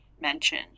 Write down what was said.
mention